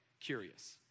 curious